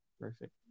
Perfect